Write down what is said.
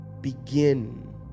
Begin